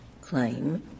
claim